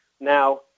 Now